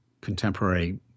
contemporary